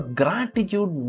gratitude